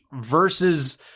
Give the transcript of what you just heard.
versus